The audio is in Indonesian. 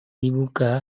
dibuka